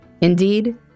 Indeed